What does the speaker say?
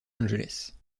angeles